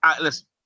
Listen